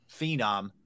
phenom